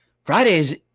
Fridays